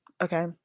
okay